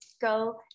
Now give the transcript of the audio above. go